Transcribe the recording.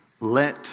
Let